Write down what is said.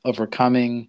Overcoming